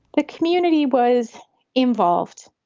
the community was involved.